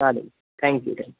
चालेल thank you thank you